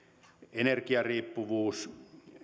energiariippuvuus